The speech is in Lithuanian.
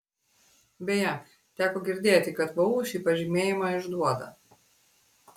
beje teko girdėti kad vu šį pažymėjimą išduoda